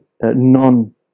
non